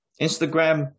instagram